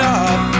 up